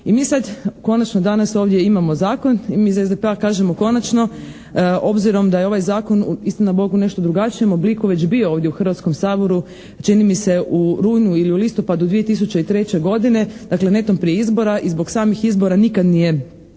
I mi sad konačno danas ovdje imamo zakon i mi iz SDP-a kažemo konačno, obzirom da je ovaj zakon istina Bog u nešto drugačijem obliku već bio ovdje u Hrvatskom saboru čini mi se u rujnu ili u listopadu 2003. godine, dakle netom prije izbora i zbog samih izbora nikad nije